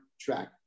track